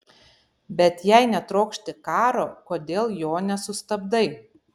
bet jei netrokšti karo kodėl jo nesustabdai